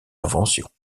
inventions